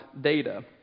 data